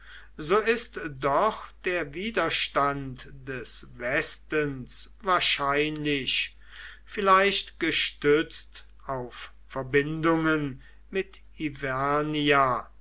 so ist doch der widerstand des westens wahrscheinlich vielleicht gestützt auf verbindungen mit